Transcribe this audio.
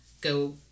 go